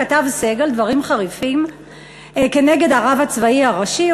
כתב סגל דברים חריפים כנגד הרב הצבאי הראשי.